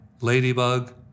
Ladybug